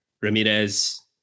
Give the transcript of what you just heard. Ramirez